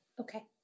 Okay